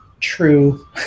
true